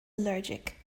allergic